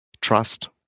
trust